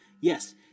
yes